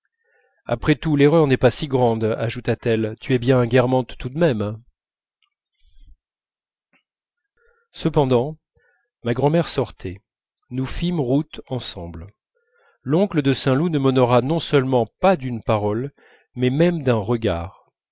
après tout l'erreur n'est pas si grande ajouta-t-elle tu es bien un guermantes tout de même cependant ma grand'mère sortait nous fîmes route ensemble l'oncle de saint loup ne m'honora non seulement pas d'une parole mais même d'un regard